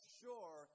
sure